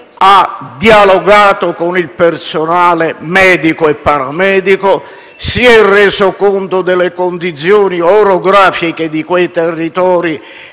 ha dialogato con il personale medico e paramedico, si è reso conto delle condizioni orografiche di quei territori,